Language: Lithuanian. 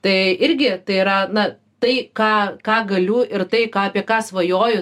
tai irgi tai yra na tai ką ką galiu ir tai ką apie ką svajoju